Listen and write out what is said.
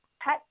pet